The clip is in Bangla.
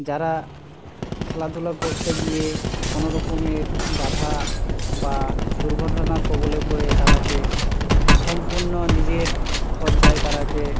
যারা খেলাধুলো করতে গিয়ে কোনো রকমের বাধা বা দুর্ঘটনার কবলে পড়ে তাদেরকে সম্পূর্ণ নিজের খরচায় তাদেরকে